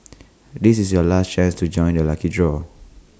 this is your last chance to join the lucky draw